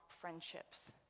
friendships